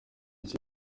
iki